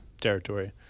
territory